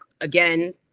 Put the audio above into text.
again